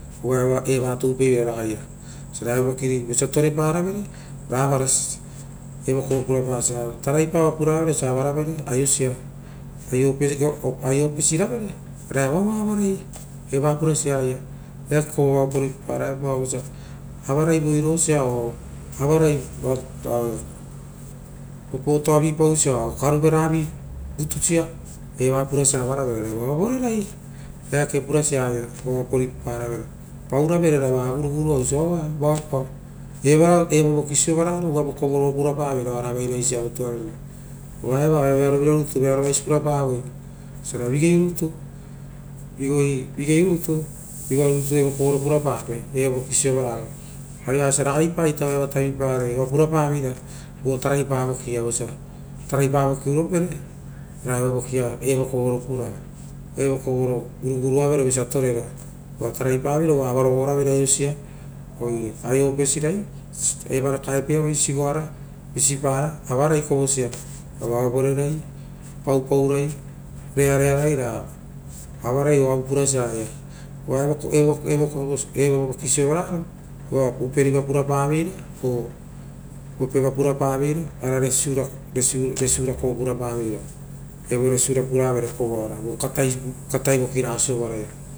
Oaiava eva toupai veira raia vosa torepara verera si, evo kovo purapasa, taraipa oa puravere osa avaravere aiosia. Aio opesiravere ra evoava avarai eva purasia aia eake koveoo oapa rii papa raepao, avarai voirosa oo, avarai vao opotoavi or karuveravi pausia oo karuvera vi vutusia evapurasa avarai voava voierai, eake purasia vao oapa rii paparavere. Pauravere rava kurokuroa oisia aveo vaoe pao eva, evo voki sovararo uva evo kovora purapaveira oara vaivai sia vo tuariri eva oaia vearovira rutu, vearo vuisi pura pavoi osio ra vigei rutu vigoa rutu evo kovoro purapapee, evo vokiro sorararo uva ragai pa ita eva oa pura paveira vo tarai pa vokia uropere ra evo vokia evo kovoro puravere, gorugoma vere osia torera tarai pavira uva avarogo ravere aio sia, oire aio opesira evara kaepie avoi sigoara, visipara ra avarai kovosia ra voava vorerai paupaurai rearearai ra avarai oavu purasia aia uva evo kovo, evo ki sovararo uva uperiva purapavira, kokeva purapa veira ra resiura kovopurapavera, evo resiura puravere vo katai, katai vokira ga sovaraia.